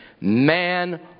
Man